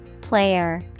Player